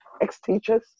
ex-teachers